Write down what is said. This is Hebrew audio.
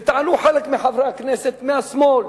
וטענו חלק מחברי הכנסת מהשמאל: